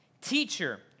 teacher